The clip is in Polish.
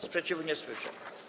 Sprzeciwu nie słyszę.